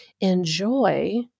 enjoy